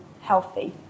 healthy